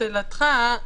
לשאלתך,